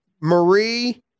Marie